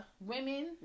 women